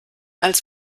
als